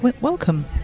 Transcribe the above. Welcome